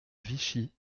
vichy